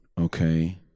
okay